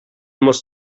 molts